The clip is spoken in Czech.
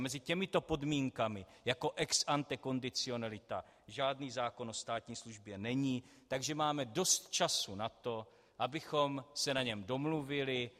A mezi těmito podmínkami jako ex ante kondicionalita žádný zákon o státní službě není, takže máme dost času na to, abychom se na něm domluvili.